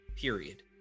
period